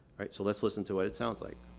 right. so, let's listen to what it sounds like.